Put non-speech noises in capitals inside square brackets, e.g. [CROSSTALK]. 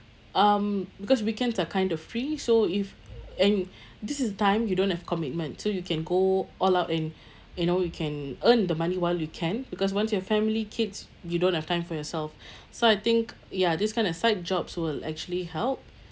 um because weekends are kind of free so if and [BREATH] this is the time you don't have commitment so you can go all out and [BREATH] you know you can earn the money while you can because once you have family kids you don't have time for yourself [BREATH] so I think ya this kind of side jobs will actually help